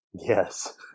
Yes